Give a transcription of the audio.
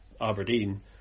Aberdeen